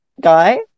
guy